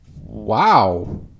wow